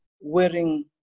wearing